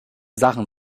sachen